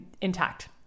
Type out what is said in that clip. intact